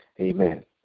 Amen